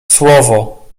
słowo